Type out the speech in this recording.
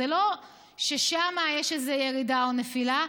זה לא ששם יש ירידה או נפילה.